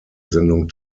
sendung